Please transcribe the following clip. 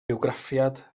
bywgraffiad